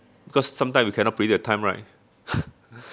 cause sometime we cannot predict the time right